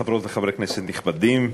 חברות וחברי כנסת נכבדים,